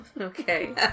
Okay